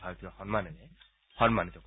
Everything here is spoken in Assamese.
ভাৰতীয় সন্মানেৰে সন্মানিত কৰিব